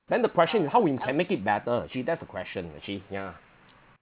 then the question is how we can make it better actually that's the question actually yeah